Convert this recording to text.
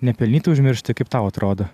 nepelnytai užmiršti kaip tau atrodo